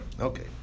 Okay